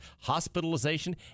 hospitalization